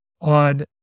on